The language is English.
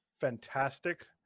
fantastic